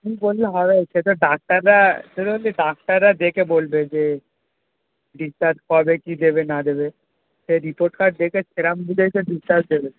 তুমি বললে হবে সে তো ডাক্তাররা সেটা বলি ডাক্তাররা দেখে বলবে যে ডিসচার্জ কবে কি দেবে না দেবে সে রিপোর্ট কার্ড দেখে সেরকম বুঝেই তো ডিসচার্জ দেবে